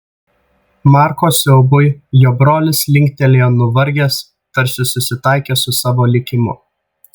marko siaubui jo brolis linktelėjo nuvargęs tarsi susitaikęs su savo likimu